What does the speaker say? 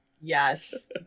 yes